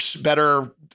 better